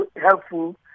helpful